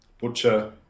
Butcher